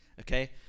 Okay